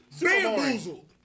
Bamboozled